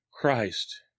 Christ